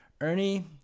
ernie